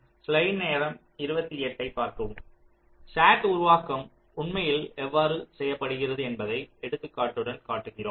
SAT உருவாக்கம் உண்மையில் எவ்வாறு செய்யப்படுகிறது என்பதை எடுத்துக்காட்டுடன் காட்டுகிறோம்